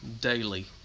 daily